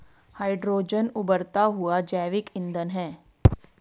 hydrogen उबरता हुआ जैविक ईंधन है